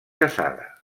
casada